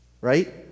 Right